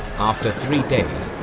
after three days,